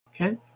Okay